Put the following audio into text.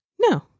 No